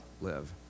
live